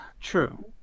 True